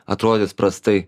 atrodys prastai